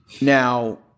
Now